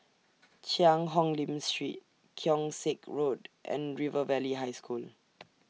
Cheang Hong Lim Street Keong Saik Road and River Valley High School